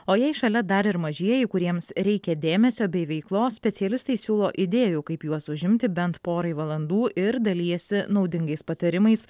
o jei šalia dar ir mažieji kuriems reikia dėmesio bei veiklos specialistai siūlo idėjų kaip juos užimti bent porai valandų ir dalijasi naudingais patarimais